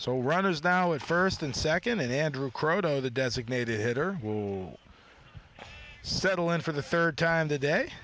so runners now at first and second in andrew kroto the designated hitter will settle in for the third time today